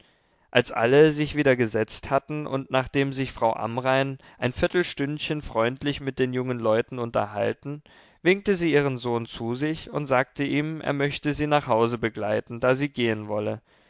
als alle sich wieder gesetzt hatten und nachdem sich frau amrain ein viertelstündchen freundlich mit den jungen leuten unterhalten winkte sie ihren sohn zu sich und sagte ihm er möchte sie nach hause begleiten da sie gehen wolle